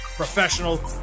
professional